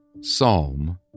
Psalm